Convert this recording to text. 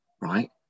right